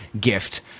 gift